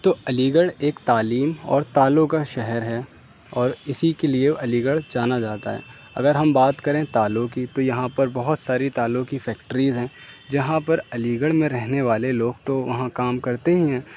تو علی گڑھ ایک تعلیم اور تالوں کا شہر ہے اور اسی کے لیے علی گڑھ جانا جاتا ہے اگر ہم بات کریں تالوں کی تو یہاں پر بہت ساری تالوں کی فیکٹریز ہیں جہاں پر علی گڑھ میں رہنے والے لوگ تو وہاں کام کرتے ہی ہیں